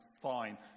fine